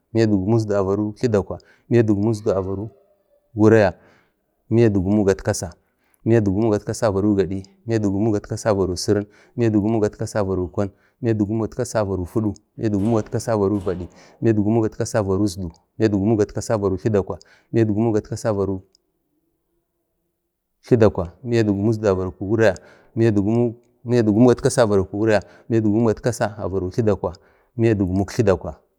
miya dik gumuk isdu avaro tladakwa, miya dik gumuk isdu avaro wulya, miya dik gumuk gatkasa, miya dik gumuk gatkasa avaro gadi, iya dik gumuk gatkasa avaro sirin, miya dik gumuk gatkasa avaro kwan, miya dik gumuk gatkasa avaro fudu, miya dik gumuk gatkasa avaro vad, miya dik gumuk gatkasa avaro tladakwa, miya dik gumuk avaro tladakwa, miya dik gumuk gatkasa avaro wulya, miya dik gumuk gatkasa avaro tladakwa, miya dik gumuk tladakwa.